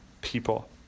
people